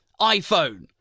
iPhone